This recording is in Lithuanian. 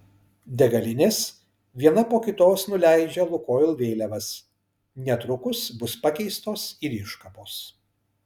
degalinės viena po kitos nuleidžia lukoil vėliavas netrukus bus pakeistos ir iškabos